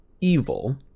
evil